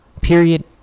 Period